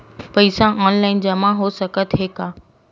पईसा ऑनलाइन जमा हो साकत हे का?